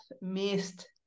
missed